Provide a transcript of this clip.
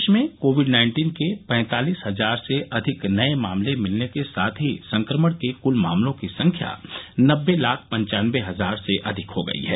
देश में covid nineteen के पैंतालिस हजार से अधिक नए मामले मिलने के साथ ही संक्रमण के कुल मामलों की संख्या नब्बे लाख पंचानबे हजार से अधिक हो गई है